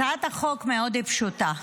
הצעת החוק מאוד פשוטה: